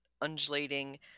undulating